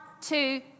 two